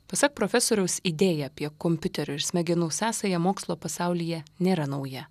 pasak profesoriaus idėja apie kompiuterio ir smegenų sąsają mokslo pasaulyje nėra nauja